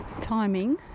timing